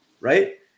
right